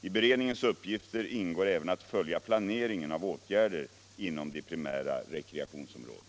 I beredningens uppgifter ingår även att följa planeringen av åtgärder inom de primära rekreationsområdena.